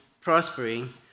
prospering